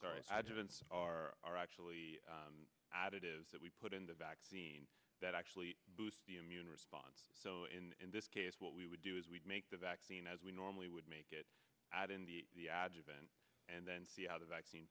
sorry i didn't say are actually additives that we put into vaccines that actually boost the immune response so in this case what we would do is we'd make the vaccine as we normally would make it out in the event and then see how the vaccine